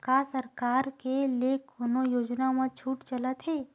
का सरकार के ले कोनो योजना म छुट चलत हे?